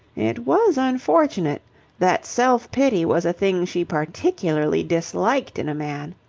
it was unfortunate that self-pity was a thing she particularly disliked in a man.